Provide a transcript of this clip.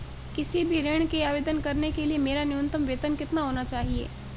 किसी भी ऋण के आवेदन करने के लिए मेरा न्यूनतम वेतन कितना होना चाहिए?